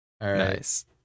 Nice